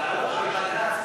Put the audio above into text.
לעלות על בג"ץ,